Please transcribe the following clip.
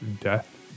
death